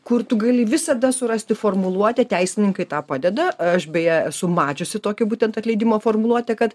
kur tu gali visada surasti formuluotę teisininkai tą padeda aš beje esu mačiusi tokį būtent atleidimo formuluotę kad